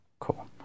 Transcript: Cool